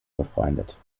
befreundet